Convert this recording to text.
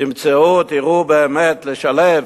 תמצאו, תראו, באמת לשלב,